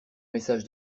message